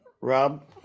rob